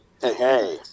hey